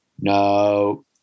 No